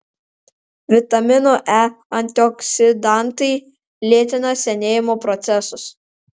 vitamino e antioksidantai lėtina senėjimo procesus